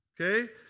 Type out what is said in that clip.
okay